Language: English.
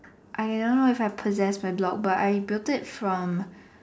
I don't if I possess a blog but I built it from